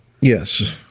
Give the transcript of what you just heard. yes